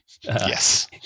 yes